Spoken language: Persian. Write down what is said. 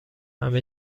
همه